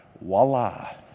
Voila